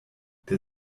der